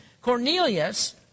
Cornelius